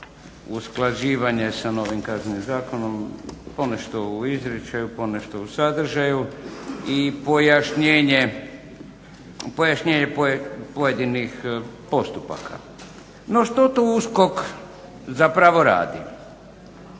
usklađivanje sa novim Kaznenim zakonom, ponešto u izričaju, ponešto u sadržaju i pojašnjenje pojedinih postupaka. No, što to USKOK zapravo radi.